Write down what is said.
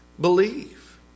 believe